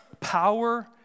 power